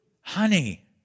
honey